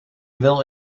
wel